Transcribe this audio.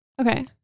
Okay